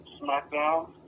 SmackDown